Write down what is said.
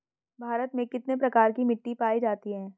भारत में कितने प्रकार की मिट्टी पाई जाती हैं?